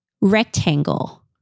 rectangle